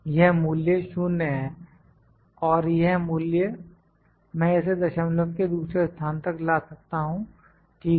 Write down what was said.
यह मूल्य 0 है और यह मूल्य मैं इसे दशमलव के दूसरे स्थान तक ला सकता हूं ठीक है